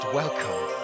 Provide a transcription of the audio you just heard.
welcome